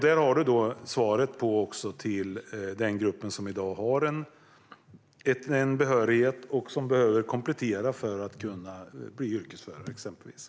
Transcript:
Där har du också svaret, Jimmy, till den grupp som i dag har en behörighet och behöver komplettera för att kunna bli exempelvis yrkesförare.